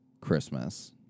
Christmas